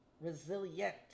resilient